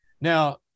Now